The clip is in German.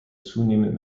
zunehmend